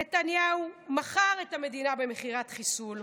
נתניהו מכר את המדינה במכירת חיסול,